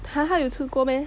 !huh! 他有吃过 meh